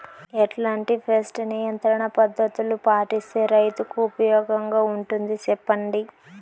ఎట్లాంటి పెస్ట్ నియంత్రణ పద్ధతులు పాటిస్తే, రైతుకు ఉపయోగంగా ఉంటుంది సెప్పండి?